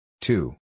Two